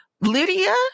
Lydia